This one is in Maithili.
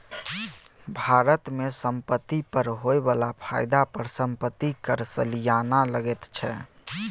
भारत मे संपत्ति पर होए बला फायदा पर संपत्ति कर सलियाना लगैत छै